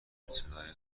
صدای